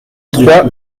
trois